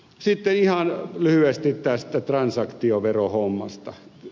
sitten ihan lyhyesti tästä transaktioverohommasta